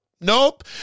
nope